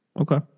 okay